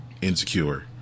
Insecure